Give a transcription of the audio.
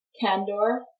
Candor